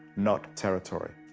not territory.